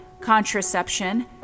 contraception